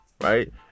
right